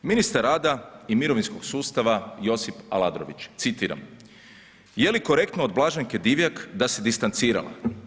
Ministar rada i mirovinskog sustava, Josip Aladrović, citiram, je li korektno od Blaženke Divjak da se distancirala?